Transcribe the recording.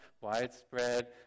widespread